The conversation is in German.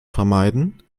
vermeiden